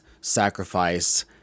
sacrifice